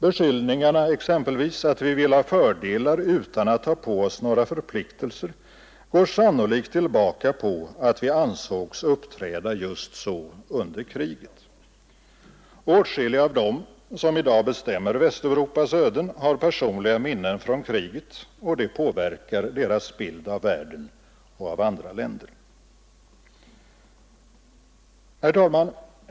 Beskyllningarna exempelvis att vi vill ha fördelar utan att ta på oss några förpliktelser går sannolikt tillbaka på att vi ansågs uppträda just så under kriget. Åtskilliga av dem som i dag bestämmer Västeuropas öden har personliga minnen från kriget, och det påverkar deras bild av världen och av andra länder. Herr talman!